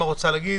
א’.